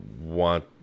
want